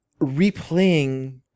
replaying